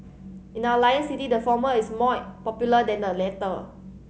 in our Lion City the former is more popular than the latter